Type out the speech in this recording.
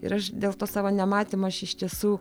ir aš dėl to savo nematymo aš iš tiesų